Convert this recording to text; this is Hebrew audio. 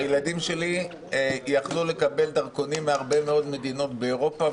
הילדים שלי יכלו לקבל דרכונים מהרבה מאוד מדינות באירופה,